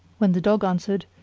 when the dog answered,